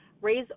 raise